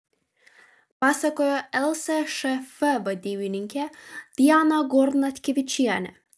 pasakojo lsšf vadybininkė diana gornatkevičienė